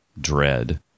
dread